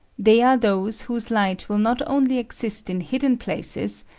they are those whose light will not only exist in hidden places,